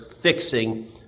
fixing